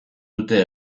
dute